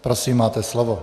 Prosím, máte slovo.